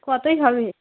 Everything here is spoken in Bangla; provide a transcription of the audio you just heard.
কতয় হবে